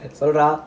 சொல்றா:solraa